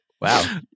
Wow